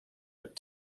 but